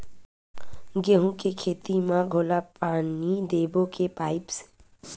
गेहूं के खेती म घोला पानी देबो के पाइप से?